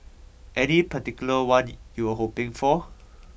any particular one you were hoping for